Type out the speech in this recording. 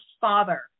father